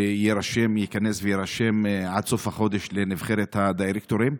שייכנס ויירשם עד סוף החודש לנבחרת הדירקטורים.